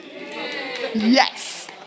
Yes